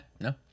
no